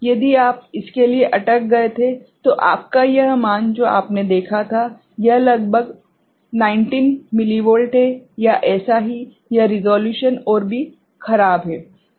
यदि आप इसके लिए अटक गए थे तो आपका यह मान जो आपने देखा था यह लगभग 19 मिलीवोल्ट है या एसा ही यह रेसोल्यूशनऔर भी खराब है ठीक है